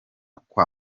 kwa